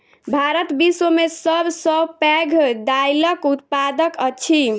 भारत विश्व में सब सॅ पैघ दाइलक उत्पादक अछि